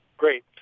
Great